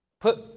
put